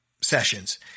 sessions